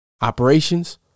operations